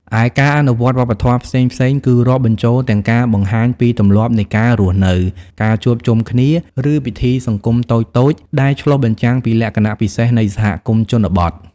ឯការអនុវត្តវប្បធម៌ផ្សេងៗ គឺរាប់បញ្ចូលទាំងការបង្ហាញពីទម្លាប់នៃការរស់នៅ ការជួបជុំគ្នា ឬពិធីសង្គមតូចៗ ដែលឆ្លុះបញ្ចាំងពីលក្ខណៈពិសេសនៃសហគមន៍ជនបទ។